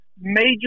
major